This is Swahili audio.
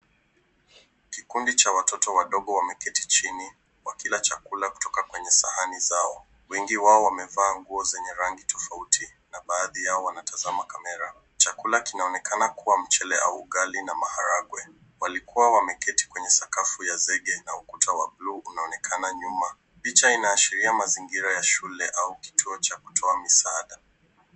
Kikundi cha watoto wadogo wameketi chini wakila chakula kutoka kwenye sahani zao. Wengi wao wamevaa nguo zenye rangi tofauti na baadhi yao wanatazama kamera. Chakula kinaonekana kuwa mchele au ugali na maharagwe. Walikuwa wameketi kwenye sakafu ya zege na ukuta wa blue unaonekana nyuma. Picha inaangazia mazingira ya shule au kituo cha kutoa misaada.